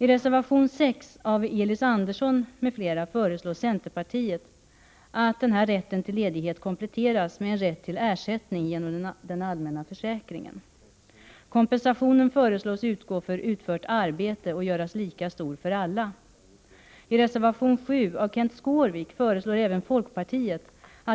I reservation 7 av Kenth Skårvik föreslår även folkpartiet att